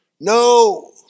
no